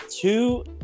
two